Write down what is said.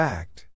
Fact